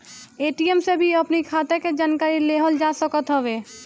ATM से भी अपनी खाता के जानकारी लेहल जा सकत हवे